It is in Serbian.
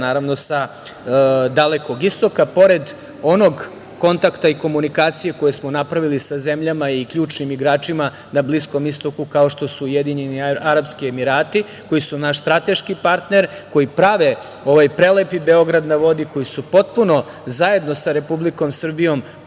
partnera sa Dalekog istoka, pored onog kontakta i komunikacije koje smo napravili sa zemljama i ključnim igračima na Bliskom istoku, kao što su Ujedinjeni Arapski Emirati, koji su naš strateški partner, koji prave ovaj prelepi „Beograd na vodi“, koji su potpuno zajedno sa Republikom Srbijom